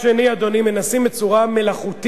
מצד שני, אדוני, מנסים בצורה מלאכותית,